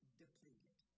depleted